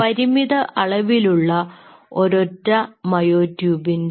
പരിമിത അളവിലുള്ള ഒരൊറ്റ മയോ ട്യൂബിന്റെ